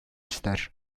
ister